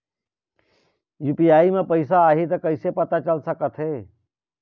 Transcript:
UPI म पैसा आही त कइसे पता चल सकत हे?